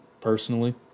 Personally